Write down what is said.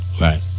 right